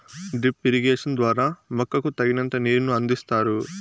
drip irrigation ద్వారా మొక్కకు తగినంత నీరును అందిస్తారు